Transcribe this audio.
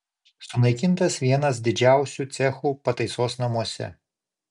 sunaikintas vienas didžiausių cechų pataisos namuose